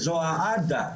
זו העדה,